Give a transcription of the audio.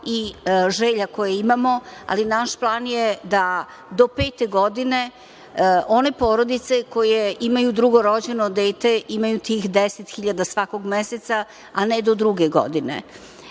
i želja koje imamo, ali naš plan je da do pete godine one porodice koje imaju drugo rođeno dete, imaju tih 10.000 svakog meseca, a ne do druge godine.